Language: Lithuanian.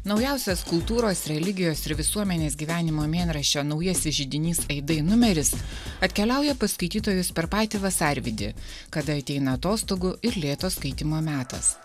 naujausias kultūros religijos ir visuomenės gyvenimo mėnraščio naujasis židinys aidai numeris atkeliauja pas skaitytojus per patį vasarvidį kada ateina atostogų ir lėto skaitymo metas